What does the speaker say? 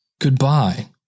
Goodbye